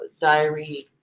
diary